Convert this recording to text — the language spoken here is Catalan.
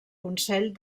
consell